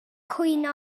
cwyno